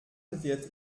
wird